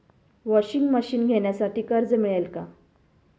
Washing machine घेण्यासाठी कर्ज मिळेल का?